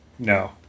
no